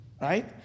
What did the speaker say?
right